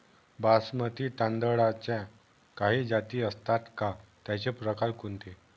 बासमती तांदळाच्या काही जाती असतात का, त्याचे प्रकार कोणते?